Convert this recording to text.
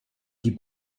die